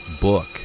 book